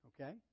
Okay